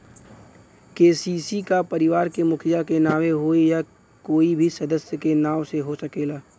KCC का परिवार के मुखिया के नावे होई या कोई भी सदस्य के नाव से हो सकेला?